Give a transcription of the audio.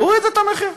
תוריד את המחיר.